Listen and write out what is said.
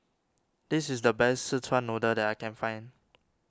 this is the best Szechuan Noodle that I can find